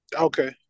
Okay